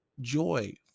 joy